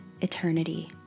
eternity